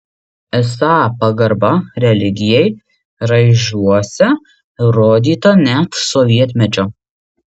esą pagarba religijai raižiuose rodyta net sovietmečiu